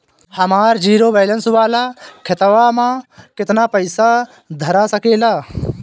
हमार zero balance वाला खतवा म केतना पईसा धरा सकेला?